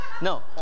No